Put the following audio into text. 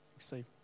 see